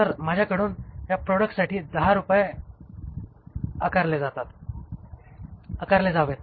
तर माझ्याकडून या प्रॉडक्टसाठी 10 रुपये आकारले जावेत